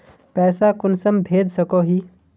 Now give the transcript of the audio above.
पैसा कुंसम भेज सकोही?